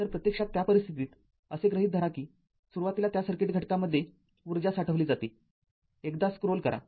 तर प्रत्यक्षात त्या परिस्थितीत असे गृहित धरा की सुरुवातीला त्या सर्किट घटकामध्ये ऊर्जा साठवली जाते एकदा स्क्रोल करा